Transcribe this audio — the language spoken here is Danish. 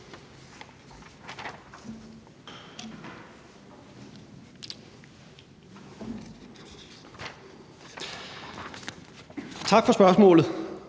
Tak for spørgsmålet.